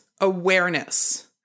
awareness